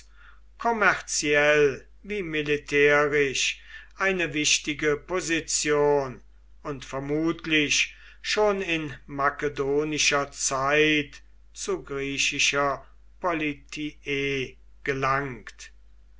kommerziell wie militärisch eine wichtige position und vermutlich schon in makedonischer zeit zu griechischer politie gelangt